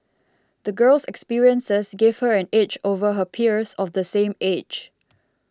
the girl's experiences gave her an edge over her peers of the same age